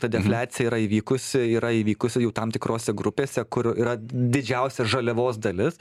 ta defliacija yra įvykusi yra įvykusi jau tam tikrose grupėse kur yra didžiausia žaliavos dalis